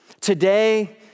Today